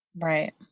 Right